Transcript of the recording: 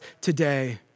today